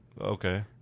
Okay